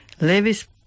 levis